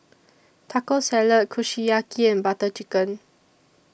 Taco Salad Kushiyaki and Butter Chicken